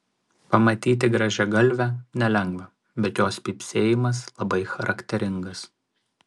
pamatyti grąžiagalvę nelengva bet jos pypsėjimas labai charakteringas